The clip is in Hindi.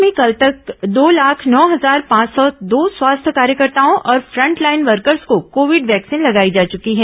प्रदेश में कल तक दो लाख नौ हजार पांच सौ दो स्वास्थ्य कार्यकर्ताओं और फ्रंटलाइन वर्कर्स को कोविड वैक्सीन लगाई जा चुकी है